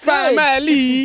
Family